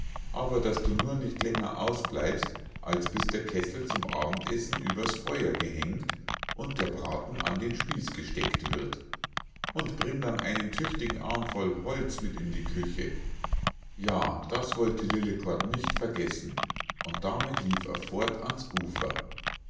aber daß du nur nicht länger ausbleibst als bis der kessel zum abendessen über's feuer gehängt und der braten an den spieß gesteckt wird und bring dann einen tüchtigen armvoll holz mit in die küche ja das wollte lillekort nicht vergessen und damit lief er fort ans ufer